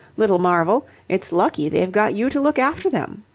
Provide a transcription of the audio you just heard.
little marvel! it's lucky they've got you to look after them.